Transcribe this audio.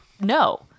No